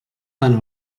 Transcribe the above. tant